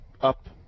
up